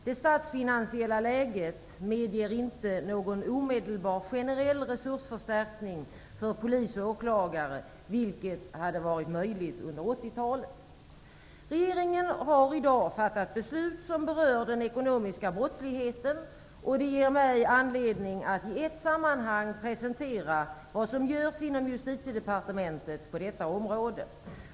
Det statsfinansiella läget medger inte någon omedelbar generell resursförstärkning för polis och åklagare, vilket hade varit möjligt under 1980-talet. Regeringen har i dag fattat beslut som berör den ekonomiska brottsligheten, och det ger mig anledning att i ett sammanhang presentera vad som görs inom Justitiedepartementet på detta område.